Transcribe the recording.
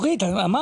לא קוראים לזה.